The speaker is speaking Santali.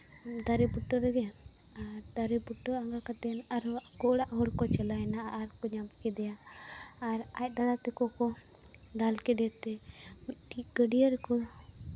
ᱫᱟᱨᱮ ᱵᱩᱴᱟᱹ ᱨᱮᱜᱮ ᱫᱟᱨᱮ ᱵᱩᱴᱟᱹ ᱨᱮᱜᱮ ᱟᱨ ᱟᱬᱜᱚ ᱠᱟᱛᱮ ᱟᱨᱦᱚᱸ ᱟᱠᱚ ᱚᱲᱟᱜ ᱦᱚᱲ ᱠᱚ ᱪᱟᱞᱟᱣ ᱮᱱᱟ ᱟᱨ ᱠᱚ ᱧᱟᱢ ᱠᱮᱫᱮᱭᱟ ᱟᱨ ᱫᱟᱫᱟ ᱛᱟᱠᱚ ᱠᱚ ᱫᱟᱞ ᱠᱮᱫᱮ ᱛᱮ ᱢᱤᱫᱴᱤᱡ ᱜᱟᱹᱰᱭᱟᱹ ᱨᱮᱠᱚ